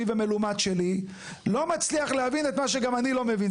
ומלומד שלי לא מצליח להבין את מה שגם אני לא מבין.